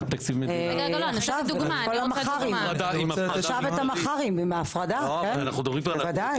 כל המח"רים עם הפרדה, בוודאי.